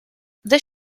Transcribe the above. this